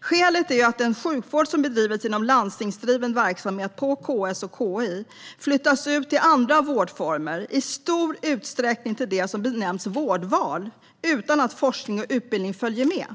Skälet är att den sjukvård som bedrivits inom landstingsdriven verksamhet på KS och KI flyttas ut till andra vårdformer, i stor utsträckning till det som benämns "vårdval", utan att forskning och utbildning följer med.